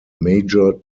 major